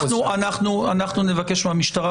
אנחנו נבקש מהמשטרה,